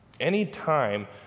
Anytime